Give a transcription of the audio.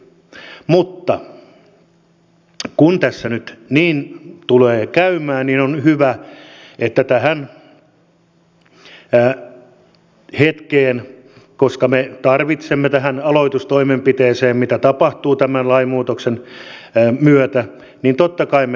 mutta kun tässä nyt niin tulee käymään niin me totta kai tarvitsemme tähän hetkeen tähän aloitustoimenpiteeseen mitä tapahtuu tämän lainmuutoksen myötä niin totta kai me